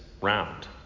Round